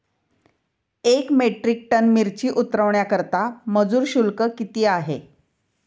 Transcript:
एक metric ton मिरची उतरवण्याकरता मजूर शुल्क किती आहे?